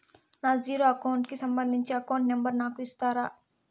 నా zero account కి సంబంధించి అకౌంట్ నెంబర్ ను నాకు ఇస్తారా